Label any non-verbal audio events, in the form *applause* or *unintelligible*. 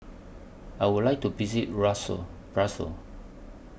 I Would like to visit *unintelligible* Brussels